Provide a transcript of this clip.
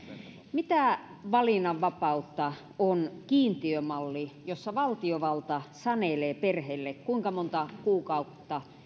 mitä valinnanvapautta on kiintiömalli jossa valtiovalta sanelee perheille kuinka monta kuukautta